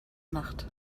nacht